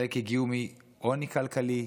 חלק הגיעו מעוני כלכלי,